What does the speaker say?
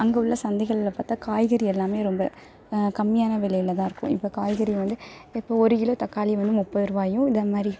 அங்கே உள்ள சந்தைகள்ல பார்த்தா காய்கறி எல்லாமே ரொம்ப கம்மியான விலையில தான் இருக்கும் இப்போ காய்கறி வந்து இப்ப ஒரு கிலோ தக்காளி வந்து முப்பது ருபாயும் இந்த மாதிரி